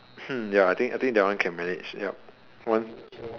hmm ya I think I think that one can manage yup one